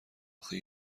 آخه